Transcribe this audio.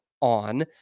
on